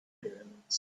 pyramids